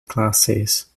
classes